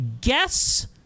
Guess